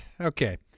okay